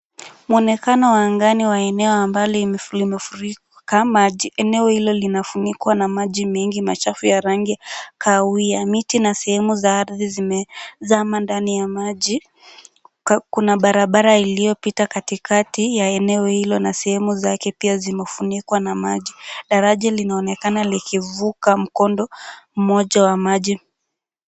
Mwonekano wa angani wa eneo ambalo limefurika maji. Eneo hilo linafunikwa na maji mengi machafu ya rangi kahawia. Miti na sehemu za ardhi zimezama ndani ya maji. Kuna barabara iliyopita katikati ya eneo hilo na sehemu zake pia zimefunikwa na maji. Daraja linaonekana likivuka mkondo mmoja wa maji.